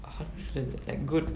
err how to say like good